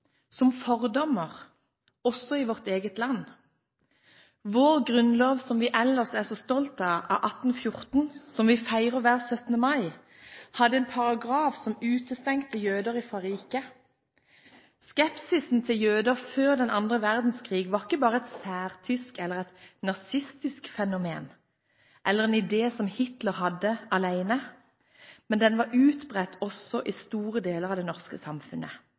som fordommer – også i vårt eget land. Vår grunnlov som vi ellers er så stolte av, av 1814 – som vi feirer hver 17. mai – hadde en paragraf som utestengte jøder fra riket. Skepsisen til jøder før den annen verdenskrig var ikke bare et særtysk eller nazistisk fenomen, eller en idé som Hitler hadde alene, men den var utbredt også i store deler av det norske samfunnet.